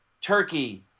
Turkey